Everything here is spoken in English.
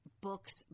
books